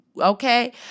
Okay